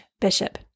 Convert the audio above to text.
bishop